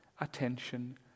attention